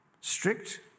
Strict